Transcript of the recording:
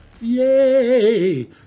Yay